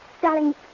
Darling